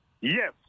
Yes